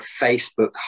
Facebook